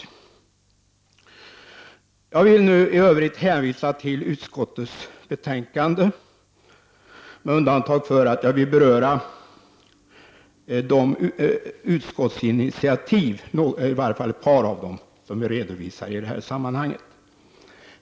I övrigt vill jag hänvisa till utskottets betänkande. Jag vill bara beröra ett par av de utskottsinitiativ som redovisats i detta sammanhang.